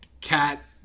cat